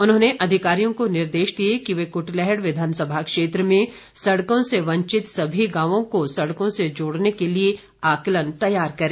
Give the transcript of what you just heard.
उन्होंने अधिकारियों को निर्देश दिए कि वे कुटलैहड़ विधानसभा क्षेत्र में सड़कों से वंचित सभी गांवों को सड़कों से जोड़ने के लिए आकलन तैयार करें